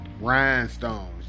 rhinestones